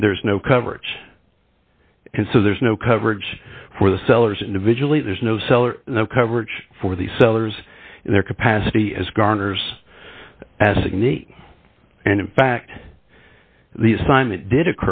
then there's no coverage and so there's no coverage for the sellers individually there's no seller no coverage for the sellers and their capacity as garners as neat and in fact the assignment did